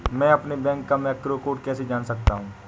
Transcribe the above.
मैं अपने बैंक का मैक्रो कोड कैसे जान सकता हूँ?